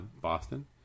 Boston